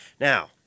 Now